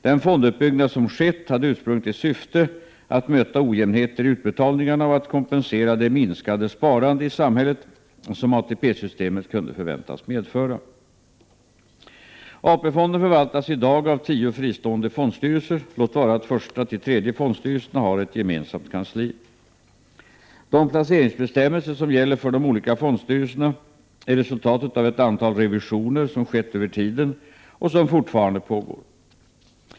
Den fonduppbyggnad som skett hade ursprungligen till syfte att möta ojämnheter i utbetalningarna och att kompensera det minskade sparandet i samhället som ATP-systemet kunde förväntas medföra. AP-fonden förvaltas i dag av tio fristående fondstyrelser, låt vara att 1:a—3:e fondstyrelserna har ett gemensamt kansli. De placeringsbestämmelser som gäller för de olika fondstyrelserna är resultatet av ett antal revisioner som skett över tiden och som fortfarande pågår.